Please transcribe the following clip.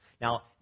now